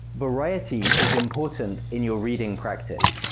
variety is important in your reading practice.